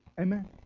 Amen